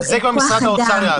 כוח-אדם,